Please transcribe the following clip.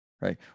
right